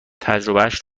تجربهاش